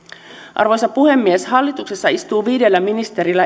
arvoisa puhemies hallituksessa istuu viidellä ministerillä